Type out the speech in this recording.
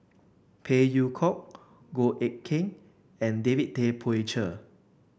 Phey Yew Kok Goh Eck Kheng and David Tay Poey Cher